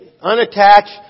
unattached